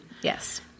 Yes